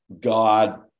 god